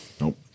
Nope